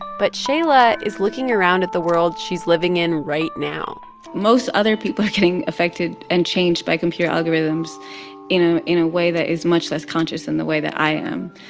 but shaila is looking around at the world she's living in right now most other people are getting affected and changed by computer algorithms in ah a way that is much less conscious than the way that i am.